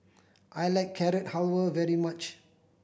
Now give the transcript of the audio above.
I like Carrot Halwa very much